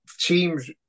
teams